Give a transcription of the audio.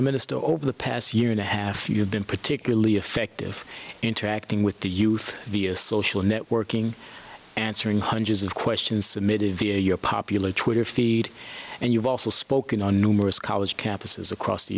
the minister over the past year and a half you have been particularly effective interacting with the youth via social networking answering hundreds of questions submitted via your popular twitter feed and you've also spoken on numerous college campuses across the